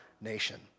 nation